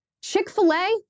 Chick-fil-A